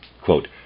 Quote